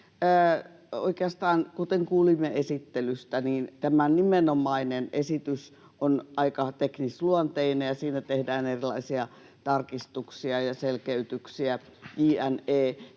oikeastaan, kuten kuulimme esittelystä, tämä nimenomainen esitys on aika teknisluonteinen ja siinä tehdään erilaisia tarkistuksia ja selkeytyksiä jne.,